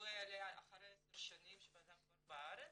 זכאי יהדות אחרי עשר שנים שאדם כבר בארץ,